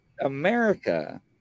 America